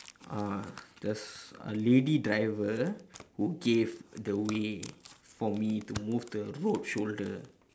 uh just a lady driver who gave the way for me to move to the road shoulder